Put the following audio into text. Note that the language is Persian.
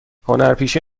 هنرپیشه